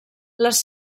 les